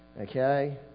Okay